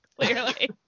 Clearly